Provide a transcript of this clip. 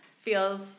feels